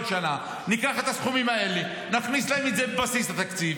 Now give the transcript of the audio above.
ניקח את הסכומים האלה ונכניס להם את זה לבסיס התקציב.